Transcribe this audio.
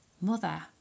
Mother